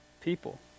people